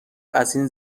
ازاین